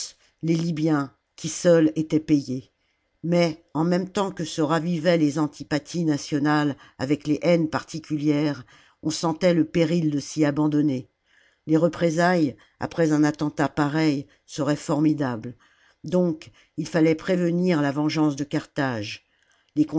les libyens qui seuls étaient payés mais en même temps que se ravivaient les antipathies nationales avec les haines particulières on sentait le péril de s'y abandonner les représailles après un attentat pareil seraient formidables donc il fallait prévenir la vengeance de carthage